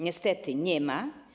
Niestety nie ma.